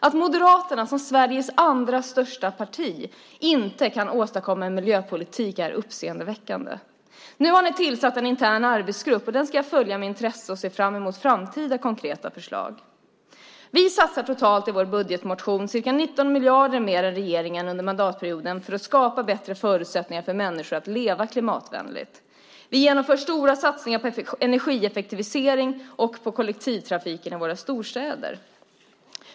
Att Moderaterna, som Sveriges andra största parti, inte kan åstadkomma en miljöpolitik är uppseendeväckande. Nu har ni tillsatt en intern arbetsgrupp, och den ska jag följa med intresse. Jag ser fram emot framtida konkreta förslag. Vi satsar i vår budgetmotion totalt ca 19 miljarder mer än regeringen under mandatperioden för att skapa bättre förutsättningar för människor att leva klimatvänligt. Vi genomför stora satsningar på energieffektivisering och på kollektivtrafiken i våra storstäder.